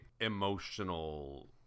emotional